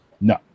No